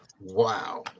Wow